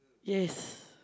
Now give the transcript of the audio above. yes